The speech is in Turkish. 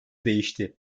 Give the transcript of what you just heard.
değişti